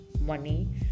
money